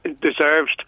deserves